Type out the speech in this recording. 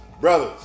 Brothers